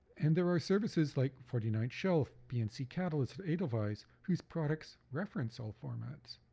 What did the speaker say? and there are services like forty ninth shelf, bnc catalist, edelweiss, whose products reference all formats.